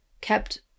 kept